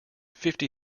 fifty